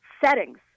settings